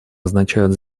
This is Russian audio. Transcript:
означают